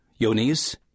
yonis